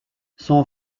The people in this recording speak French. son